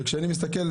וכשאני מסתכל,